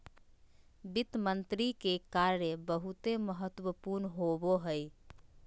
वित्त मंत्री के कार्य बहुते महत्वपूर्ण होवो हय